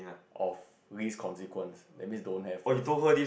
of least consequence that means don't have first